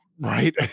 right